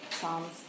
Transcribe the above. psalms